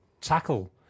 tackle